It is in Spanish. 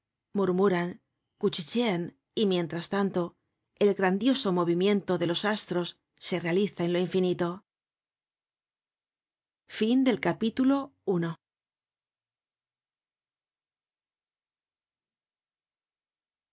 murmuran cuchichean y mientras tanto el grandioso movimiento de los astros se realiza en lo infinito content from